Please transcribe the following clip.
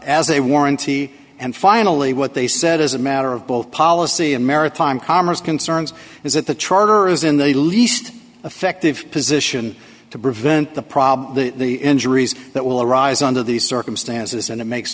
as a warranty and finally what they said as a matter of both policy and maritime commerce concerns is that the charter is in the least effective position to prevent the problem the injuries that will arise under these circumstances and it makes